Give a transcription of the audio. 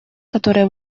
которые